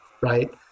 Right